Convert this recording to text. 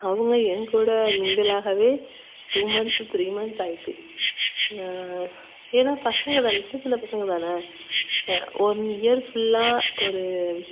அவங்க என் கூட மிங்கில் ஆகவே டூ மந்த்து த்ரீ மந்த் ஆகிட்டு ஏன்னா பசங்கள் தானே சின்ன சின்ன பசங்கள் தானே ஒன் இயர் ஃபுல்லாக ஒரு